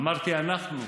אמרתי "אנחנו",